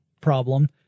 problem